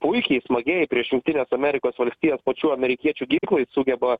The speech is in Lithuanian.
puikiai smagiai prieš jungtines amerikos valstijas pačių amerikiečių ginklais sugeba